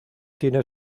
tiene